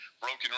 broken